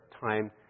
time